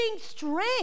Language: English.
strength